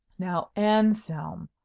now, anselm,